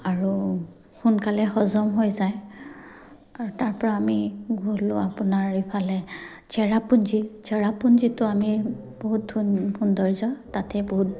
আৰু সোনকালে হজম হৈ যায় আৰু তাৰপৰা আমি গ'লো আপোনাৰ ইফালে চেৰাপুঞ্জী চেৰাপুঞ্জীটো আমি বহুত সৌন্দৰ্য তাতে বহুত